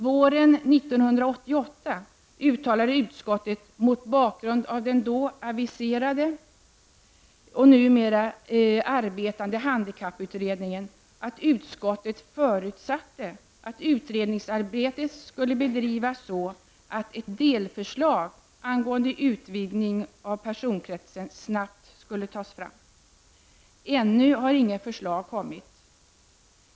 Våren 1988 uttalade utskottet, mot bakgrund av den då aviserade och numera arbetande handikapputredningen, att utskottet förutsatte att utredningsarbetet skulle bedrivas så, att ett delförslag angående en utvidgning av personkretsen snabbt skulle kunna tas fram. Ännu har inget förslag kommit.